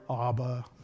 Abba